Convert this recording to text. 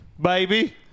Baby